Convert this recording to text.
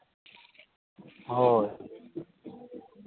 ᱦᱳᱭ ᱦᱳᱭ